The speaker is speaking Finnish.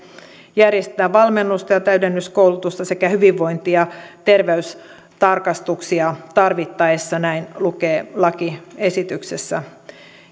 järjestetään valmennusta ja täydennyskoulutusta sekä hyvinvointi ja terveystarkastuksia tarvittaessa näin lukee lakiesityksessä